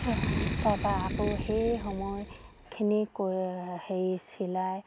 তাৰপৰা আকৌ সেই সময়খিনি হেৰি চিলাই